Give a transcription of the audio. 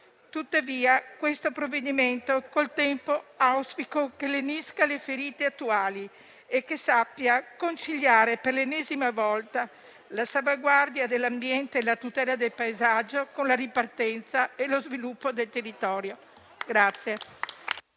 tempo il provvedimento in esame lenisca le ferite attuali e sappia conciliare, per l'ennesima volta, la salvaguardia dell'ambiente e la tutela del paesaggio con la ripartenza e lo sviluppo del territorio.